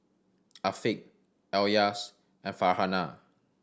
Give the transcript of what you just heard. Afiq Elyas and Farhanah